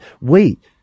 wait